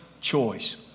choice